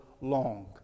long